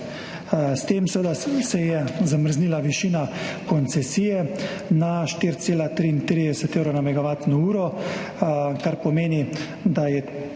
seveda se je zamrznila višina koncesije na 4,33 evrov na megavatno uro, kar pomeni, da je ta